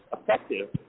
effective